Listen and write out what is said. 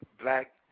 black